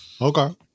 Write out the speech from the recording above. okay